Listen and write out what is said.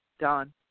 done